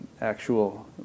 actual